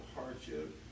hardship